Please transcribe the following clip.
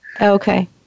Okay